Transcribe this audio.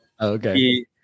okay